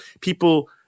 people